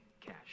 cash